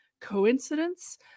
coincidence